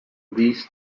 these